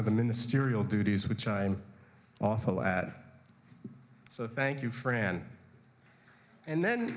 of the ministerial duties which i am awful at so thank you fran and then